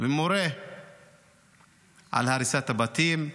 ומורה על הריסת הבתים.